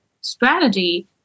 strategy